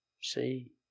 See